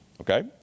Okay